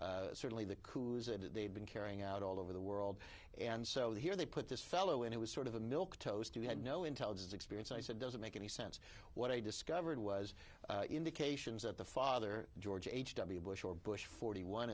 activities certainly the coups and they've been carrying out all over the world and so here they put this fellow in it was sort of a milk toast who had no intelligence experience i said doesn't make any sense what i discovered was indications that the father george h w bush or bush forty one